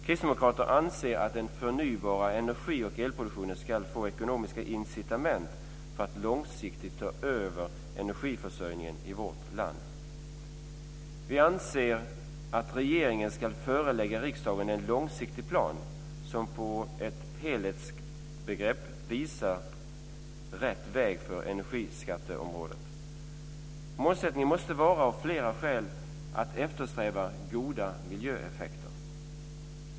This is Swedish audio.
Kristdemokraterna anser att den förnybara energi och elproduktionen ska få ekonomiska incitament för att långsiktigt ta över energiförsörjningen i vårt land. Vi anser att regeringen ska förelägga riksdagen en långsiktig plan som med ett helhetsbegrepp visar rätt väg på energiskatteområdet. Målsättningen måste av flera skäl vara att eftersträva goda miljöeffekter.